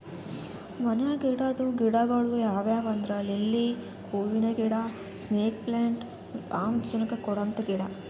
ಮನ್ಯಾಗ್ ಇಡದ್ ಗಿಡಗೊಳ್ ಯಾವ್ಯಾವ್ ಅಂದ್ರ ಲಿಲ್ಲಿ ಹೂವಿನ ಗಿಡ, ಸ್ನೇಕ್ ಪ್ಲಾಂಟ್ ಮತ್ತ್ ಆಮ್ಲಜನಕ್ ಕೊಡಂತ ಗಿಡ